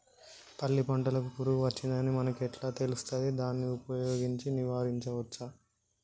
పల్లి పంటకు పురుగు వచ్చిందని మనకు ఎలా తెలుస్తది దాన్ని ఉపయోగించి నివారించవచ్చా?